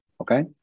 Okay